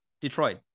Detroit